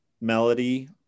melody